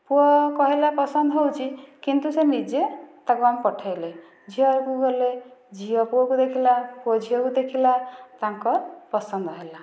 ପୁଅ କହିଲା ପସନ୍ଦ ହେଉଛି କିନ୍ତୁ ସେ ନିଜେ ତାକୁ ଆମେ ପଠାଇଲେ ଝିଅ ଘରକୁ ଗଲେ ଝିଅ ପୁଅକୁ ଦେଖିଲା ପୁଅ ଝିଅକୁ ଦେଖିଲା ତାଙ୍କର ପସନ୍ଦ ହେଲା